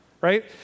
right